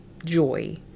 joy